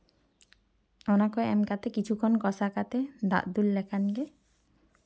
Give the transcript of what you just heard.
ᱚᱱᱟ ᱠᱚ ᱮᱢ ᱠᱟᱛᱮ ᱠᱤᱪᱷᱩ ᱠᱷᱚᱱ ᱠᱚᱥᱟ ᱠᱟᱛᱮ ᱫᱟᱜ ᱫᱩᱞ ᱞᱮᱠᱷᱟᱱ ᱜᱮ